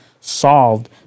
solved